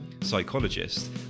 psychologist